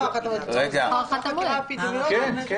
להאריך את התקופה הזאת, כן.